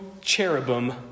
cherubim